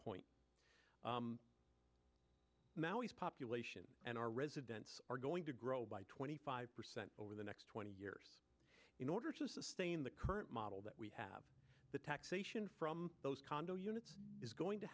maui's population and our residents are going to grow by twenty five percent over the next twenty years in order to sustain the current model that we have the taxation from those condo units is going to